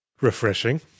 refreshing